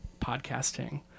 podcasting